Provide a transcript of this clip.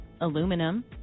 aluminum